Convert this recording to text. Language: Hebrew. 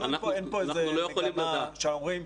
אבל אין פה איזה מגמה שאומרים,